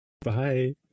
Bye